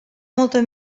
molta